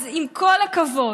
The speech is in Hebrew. אז עם כל הכבוד,